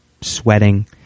sweating